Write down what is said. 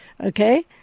okay